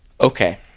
Okay